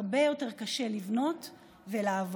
הרבה יותר קשה לבנות ולעבוד.